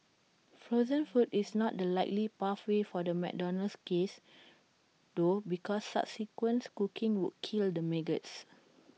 frozen food is not the likely pathway for the McDonald's case though because subsequent cooking would kill the maggots